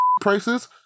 prices